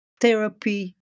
therapy